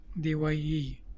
Dye